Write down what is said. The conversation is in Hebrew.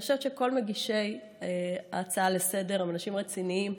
אני חושבת שכל מגישי ההצעה לסדר-היום הם אנשים רציניים,